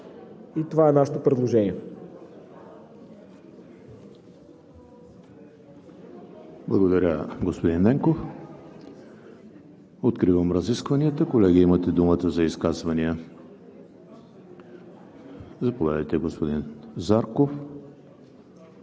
ЕМИЛ ХРИСТОВ: Благодаря, господин Ненков. Откривам разискванията. Колеги, имате думата за изказвания. Заповядайте, господин Зарков.